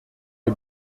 des